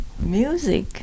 Music